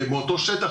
מאותו שטח,